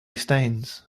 stains